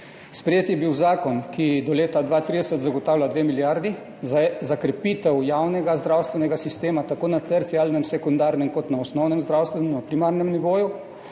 je bil zakon, ki do leta 2030 zagotavlja 2 milijardi za krepitev javnega zdravstvenega sistema, tako na terciarnem, sekundarnem kot na primarnem osnovnem zdravstvenem nivoju.